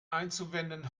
einzuwenden